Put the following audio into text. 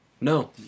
No